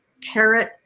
carrot